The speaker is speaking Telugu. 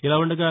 ఇలా ఉండగా